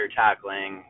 tackling